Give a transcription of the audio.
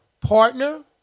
partner